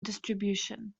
distribution